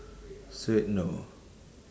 suede no